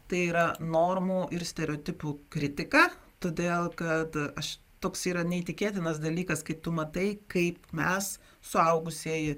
tai yra normų ir stereotipų kritika todėl kad aš toks yra neįtikėtinas dalykas kai tu matai kaip mes suaugusieji